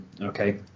okay